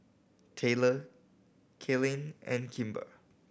Tayler Kaylynn and Kimber